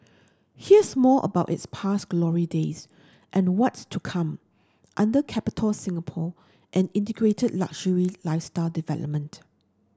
here's more about its past glory days and what's to come under Capitol Singapore an integrated luxury lifestyle development